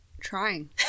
Trying